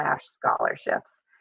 scholarships